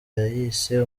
yayise